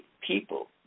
people